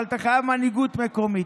אבל אתה חייב מנהיגות מקומית.